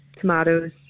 tomatoes